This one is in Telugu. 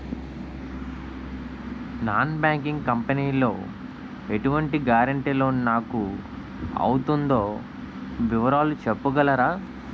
నాన్ బ్యాంకింగ్ కంపెనీ లో ఎటువంటి గారంటే లోన్ నాకు అవుతుందో వివరాలు చెప్పగలరా?